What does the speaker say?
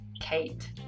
Kate